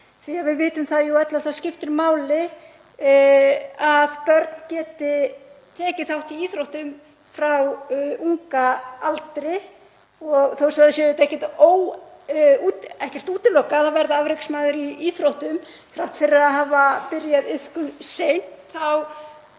sviði. Við vitum jú öll að það skiptir máli að börn geti tekið þátt í íþróttum frá unga aldri og þó svo að það sé auðvitað ekkert útilokað að verða afreksmaður í íþróttum þrátt fyrir að hafa byrjað iðkun seint þá